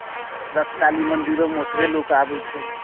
रक्त काली मन्दिरोमे ओतबे लोक आबैत छै